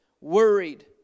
worried